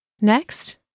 Next